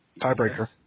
tiebreaker